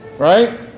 Right